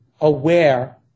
aware